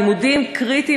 הלימודים קריטיים,